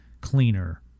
cleaner